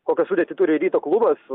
kokią sudėtį turi ryto klubas